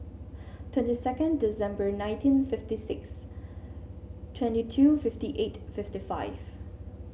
twenty second December nineteen fifty six twenty two fifty eight fifty five